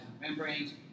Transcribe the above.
membranes